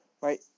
right